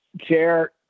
chair